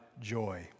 joy